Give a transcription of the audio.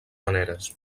maneres